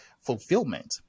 fulfillment